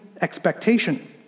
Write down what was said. expectation